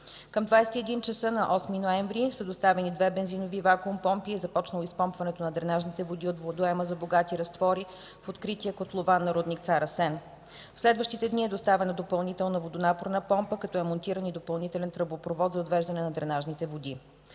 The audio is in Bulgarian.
Към 21 часа на 8 ноември 2014 г. са доставени две бензинови вакуум помпи и е започнало изпомпването на дренажните води от водоема за „богати разтвори” в открития котлован на рудник „Цар Асен”. В следващите дни е доставена допълнителна високонапорна помпа, като е монтиран и допълнителен тръбопровод за отвеждане на дренажните води.